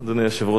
אדוני השר,